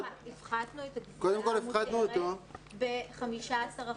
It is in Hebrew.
הפחתנו את הגבייה המותרת ב-15%.